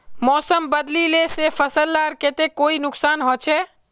मौसम बदलिले से फसल लार केते कोई नुकसान होचए?